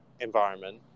environment